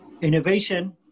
innovation